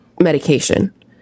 medication